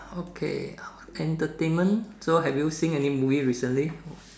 okay entertainment so have you seen any movie recently